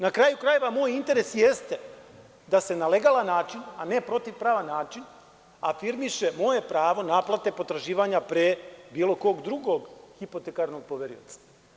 Na kraju krajeva, moj interes jeste da se na legalan način, a ne protivpravni način, afirmiše moje pravo naplate potraživanja pre bilo kog drugog hipotekarnog poverioca.